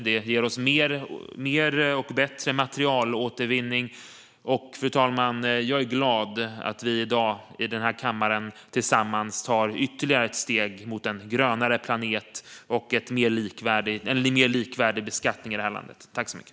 Detta ger oss mer och bättre materialåtervinning. Fru talman! Jag är glad över att vi i dag i denna kammare tillsammans tar ytterligare ett steg mot en grönare planet och en mer likvärdig beskattning i det här landet.